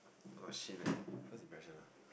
!wah! shit man first impression ah